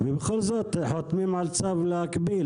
ובכל זאת חותמים על צו להקפיא,